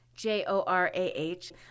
J-O-R-A-H